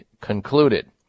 concluded